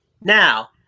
Now